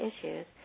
issues